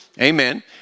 Amen